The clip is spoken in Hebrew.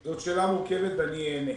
זאת שאלה מורכבת ואני אענה.